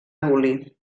abolir